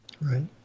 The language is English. Right